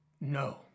No